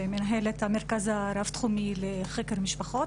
ומנהלת המרכז הרב-תחומי לחקר משפחות.